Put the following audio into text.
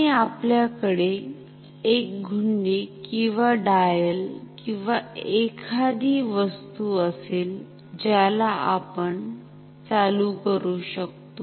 आणि आपल्याकडे एक घुंडी किंवा डायल किंवा एखादी वस्तू असेल ज्याला आपण चालु करू शकतो